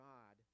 God